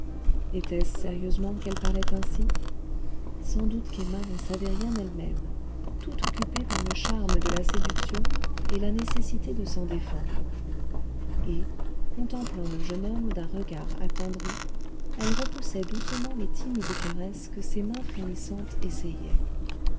était-ce sérieusement qu'elle parlait ainsi sans doute qu'emma n'en savait rien elle-même tout occupée par le charme de la séduction et la nécessité de s'en défendre et contemplant le jeune homme d'un regard attendri elle repoussait doucement les timides caresses que ses mains frémissantes essayaient